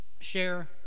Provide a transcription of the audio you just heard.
share